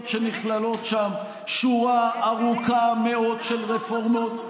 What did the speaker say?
שנכללת שם שורה ארוכה מאוד של רפורמות,